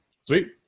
Sweet